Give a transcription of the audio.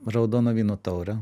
raudono vyno taurę